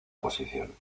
posición